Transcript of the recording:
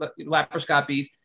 laparoscopies